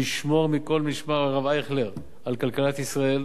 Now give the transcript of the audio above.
נשמור מכל משמר, הרב אייכלר, על כלכלת ישראל